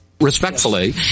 Respectfully